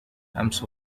أمس